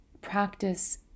practice